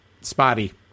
Spotty